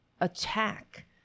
attack